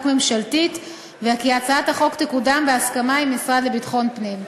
ממשלתית וכי הצעת החוק תקודם בהסכמה עם המשרד לביטחון פנים.